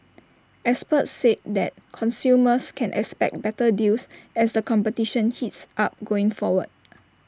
experts said that consumers can expect better deals as the competition heats up going forward